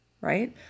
right